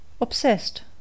Obsessed